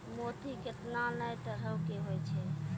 मोती केतना नै तरहो के होय छै